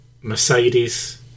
Mercedes